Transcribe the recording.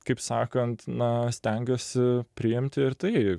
kaip sakant na stengiuosi priimti ir tai